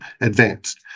advanced